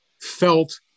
felt